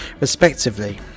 respectively